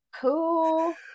Cool